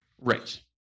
Right